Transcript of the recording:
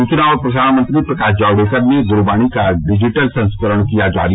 सूचना और प्रसारण मंत्री प्रकाश जावडेकर ने गुरुबाणी का डिजिटल संस्करण किया जारी